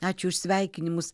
ačiū už sveikinimus